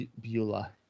Beulah